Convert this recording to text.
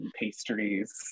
pastries